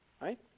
right